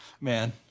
man